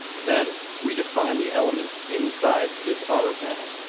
then we define the elements inside this auto panel.